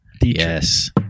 Yes